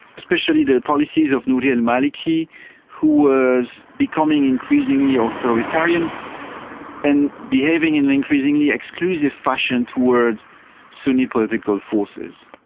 especially the policies of nouri al-maliki who was becoming increasingly authoritarian and behaving in an increasingly exclusive fashion towards sunni political forces.